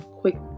quick